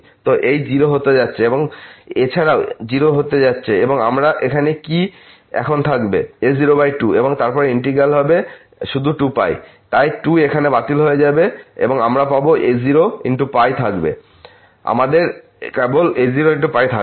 তো এই 0 হতে যাচ্ছে এবং এই এছাড়াও 0 হতে যাচ্ছে এবং আমরা এখানে কি এখন থাকবেa02 এবং তারপর ইন্টিগ্র্যাল হবে শুধু 2πতাই 2 এখানে বাতিল হয়ে যাবে আমরা একটি কেবল a0 থাকবে